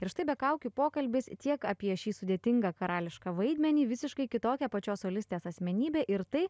ir štai be kaukių pokalbis tiek apie šį sudėtingą karališką vaidmenį visiškai kitokią pačios solistės asmenybę ir tai